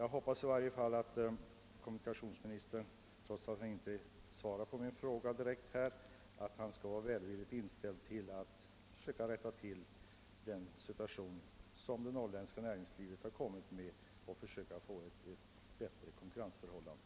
Jag hoppas att kommunikationsministern trots att han inte direkt svarat på min fråga skall vara vällvilligt inställd till att söka rätta till den situation som det norrländska näringslivet råkat in i och försöker åstadkomma ett bättre konkurrensförhållande.